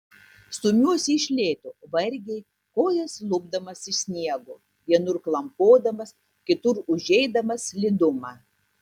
stumiuosi iš lėto vargiai kojas lupdamas iš sniego vienur klampodamas kitur užeidamas slidumą